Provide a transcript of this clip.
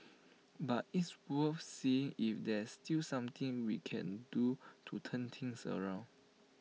but it's worth seeing if there's still something we can do to turn things around